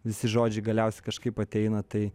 visi žodžiai galiausiai kažkaip ateina tai